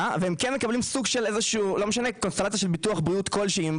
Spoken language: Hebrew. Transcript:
והם כן מקבלים קונסטלציה של ביטוח בריאות כלשהי.